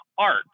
art